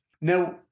Now